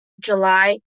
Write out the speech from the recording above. July